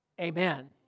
amen